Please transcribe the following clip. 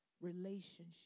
relationship